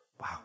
Wow